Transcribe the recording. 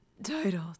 Title